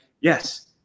Yes